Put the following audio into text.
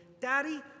Daddy